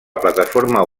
plataforma